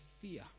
fear